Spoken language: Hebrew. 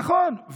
נכון.